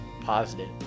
positive